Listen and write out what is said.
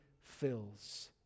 fills